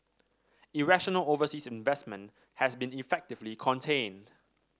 irrational overseas investment has been effectively contained